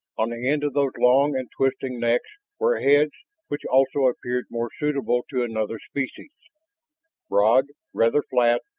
on the end of those long and twisting necks were heads which also appeared more suitable to another species broad, rather flat,